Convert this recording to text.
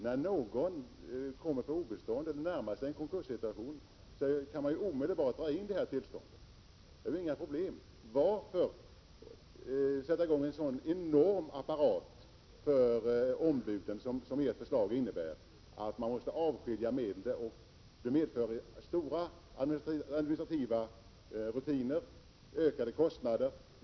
När någon kommer på obestånd eller närmar sig en konkurs går det att omedelbart dra in detta tillstånd. Varför sätta i gång den enorma apparat för ombuden, som ert förslag om att avskilja medel innebär? Det medför omfattande administrativa rutiner och ökade kostnader.